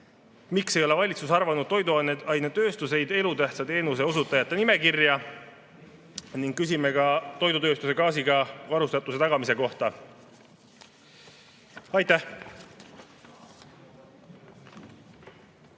miks ei ole valitsus arvanud toiduainetööstust elutähtsa teenuse osutajate nimekirja? Küsime ka toidutööstuse gaasiga varustatuse tagamise kohta. Aitäh!